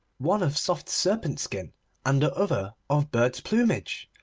one of soft serpent-skin and the other of birds' plumage.